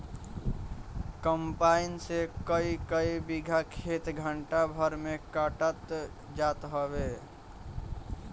combine से कईकई बीघा खेत घंटा भर में कटात जात हवे